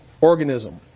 organism